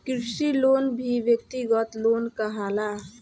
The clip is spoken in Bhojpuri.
कृषि लोन भी व्यक्तिगत लोन कहाला